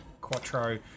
Quattro